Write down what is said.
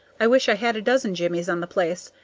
i wish i had a dozen jimmies on the place,